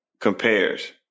compares